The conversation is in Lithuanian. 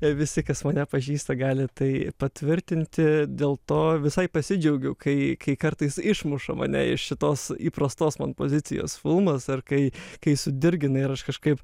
visi kas mane pažįsta gali tai patvirtinti dėl to visai pasidžiaugiau kai kai kartais išmuša mane iš šitos įprastos man pozicijos filmas ar kai kai sudirgina ir aš kažkaip